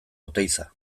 oteiza